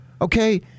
Okay